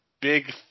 big